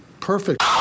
perfect